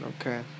Okay